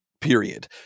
Period